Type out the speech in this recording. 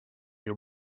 your